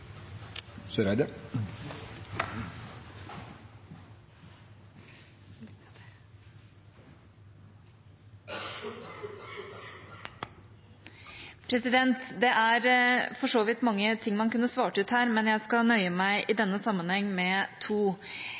bedre. Det er for så vidt mange ting man kunne kvittert ut her, men jeg skal i denne sammenheng nøye meg med to.